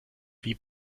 wie